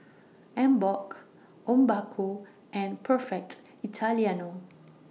Emborg Obaku and Perfect Italiano